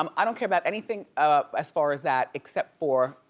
um i don't care about anything um as far as that except for,